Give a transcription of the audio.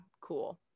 cool